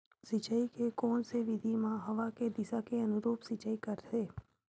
सिंचाई के कोन से विधि म हवा के दिशा के अनुरूप सिंचाई करथे?